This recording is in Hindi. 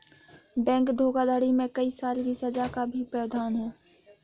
बैंक धोखाधड़ी में कई साल की सज़ा का भी प्रावधान है